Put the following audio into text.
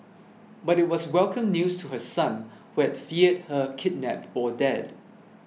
but it was welcome news to her son who had feared her kidnapped or dead